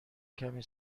کمی